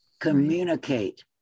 Communicate